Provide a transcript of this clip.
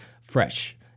fresh